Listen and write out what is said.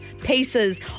pieces